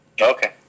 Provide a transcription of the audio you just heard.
Okay